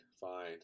fine